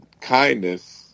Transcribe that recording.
kindness